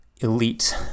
elite